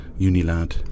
UniLad